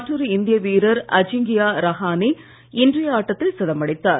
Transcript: மற்றொரு இந்திய வீரர் அஜிங்கியா ரஹானே இன்றைய ஆட்டத்தில் சதம் அடித்தார்